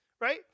right